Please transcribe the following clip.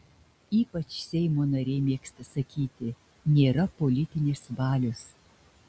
ypač seimo nariai mėgsta sakyti nėra politinės valios